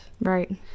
right